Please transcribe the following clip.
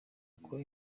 uko